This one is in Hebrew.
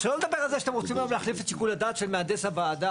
שלא נדבר על זה שאתם רוצים היום להחליף את שיקול הדעת של מהנדס הוועדה.